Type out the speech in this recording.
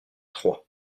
trois